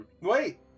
Wait